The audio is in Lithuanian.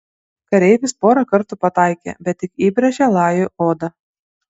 kareivis porą kartų pataikė bet tik įbrėžė lajui odą